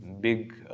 big